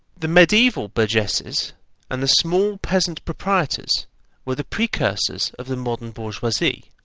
the mediaeval burgesses and the small peasant proprietors were the precursors of the modern bourgeoisie.